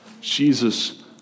Jesus